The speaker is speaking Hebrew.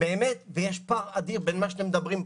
ובאמת יש פער אדיר בין מה שאתם מדברים פה,